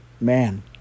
man